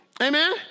Amen